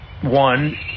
one